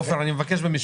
עופר, אני רק מבקש במשפט.